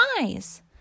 eyes